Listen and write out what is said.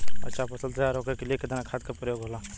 अच्छा फसल तैयार होके के लिए कितना खाद के प्रयोग होला?